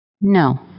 No